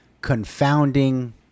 confounding